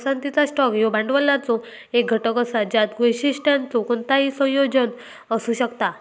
पसंतीचा स्टॉक ह्यो भांडवलाचो एक घटक असा ज्यात वैशिष्ट्यांचो कोणताही संयोजन असू शकता